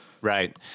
Right